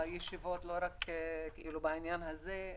הישיבות, ולא רק בעניין הזה.